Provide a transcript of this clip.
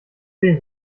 sehen